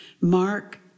Mark